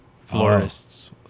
florists